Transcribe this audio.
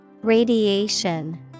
Radiation